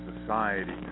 Society